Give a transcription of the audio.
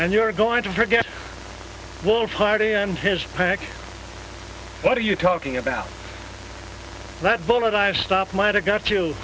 and you're going to forget all party and his pack what are you talking about that bullet i've stopped might a got to